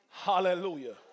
Hallelujah